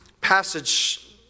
passage